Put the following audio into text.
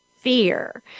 fear